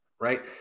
right